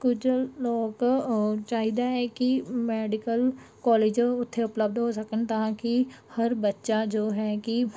ਕੁਝ ਲੋਕ ਚਾਹੀਦਾ ਹੈ ਕਿ ਮੈਡੀਕਲ ਕਾਲਜ ਉੱਥੇ ਉਪਲਬਧ ਹੋ ਸਕਣ ਤਾਂ ਕਿ ਹਰ ਬੱਚਾ ਜੋ ਹੈ ਕਿ